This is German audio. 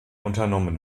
unternommen